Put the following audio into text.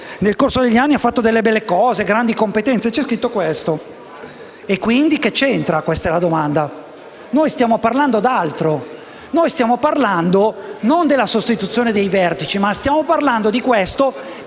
Nel corso degli anni ha fatto belle cose e ha avuto grandi competenze. C'è scritto questo. Quindi cosa c'entra? Questa è la domanda. Noi stiamo parlando d'altro. Stiamo parlando non della sostituzione dei vertici, ma di questo,